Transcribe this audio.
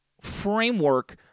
framework